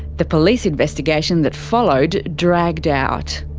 the police investigation that followed dragged out.